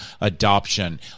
adoption